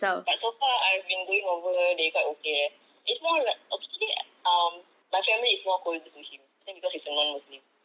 but so far I've been going over they quite okay leh it's more like okay it's actually um my family is more colder to him I think because he's a non-muslim